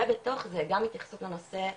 ובתוך זה גם התייחסות לנושא הנפשי,